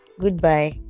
goodbye